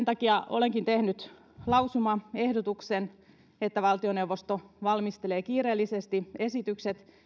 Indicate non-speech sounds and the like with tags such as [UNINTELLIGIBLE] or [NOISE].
[UNINTELLIGIBLE] takia olenkin tehnyt lausumaehdotuksen valtioneuvosto valmistelee kiireellisesti esitykset